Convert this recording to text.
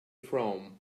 from